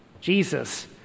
Jesus